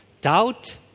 Doubt